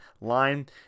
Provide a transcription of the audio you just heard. line